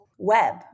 Web